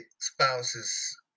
spouse's